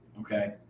Okay